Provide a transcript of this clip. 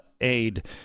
aid